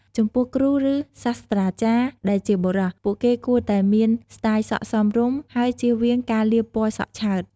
ចំពោះគ្រូ ឬ សាស្ត្រាចារ្យដែលជាបុរស ពួកគេគួរតែមានស្ទាយសក់សមរម្យ ហើយចៀសវាង ការលាបពណ៌សក់ឆើត។